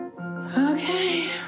Okay